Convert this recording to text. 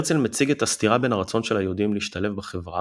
הרצל מציג את הסתירה בין הרצון של היהודים להשתלב בחברה